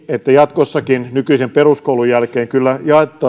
että jatkossakin nykyisen peruskoulun jälkeen kyllä